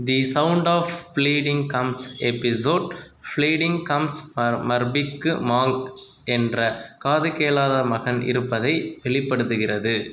the sound of bleeding gums episode bleeding gums மர்பிக்கு Monk என்ற காதுகேளாத மகன் இருப்பதை வெளிப்படுத்துகிறது